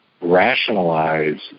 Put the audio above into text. rationalize